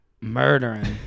Murdering